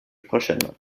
prochainement